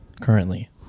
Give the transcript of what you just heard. currently